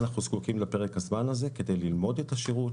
אנחנו זקוקים לפרק הזמן הזה כדי ללמוד את השירות,